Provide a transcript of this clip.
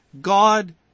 god